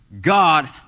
God